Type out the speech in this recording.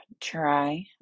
try